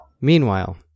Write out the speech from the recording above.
Meanwhile